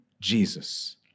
Jesus